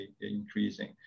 increasing